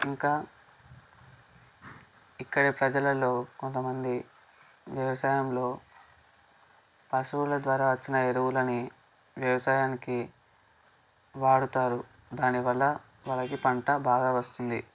ఇంకా ఇక్కడ ప్రజలలో కొంతమంది వ్యవసాయంలో పశువుల ద్వారా వచ్చిన ఎరువులని వ్యవసాయానికి వాడుతారు దాని వల్ల వాళ్ళకి పంట బాగా వస్తుంది